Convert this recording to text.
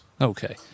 Okay